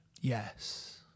Yes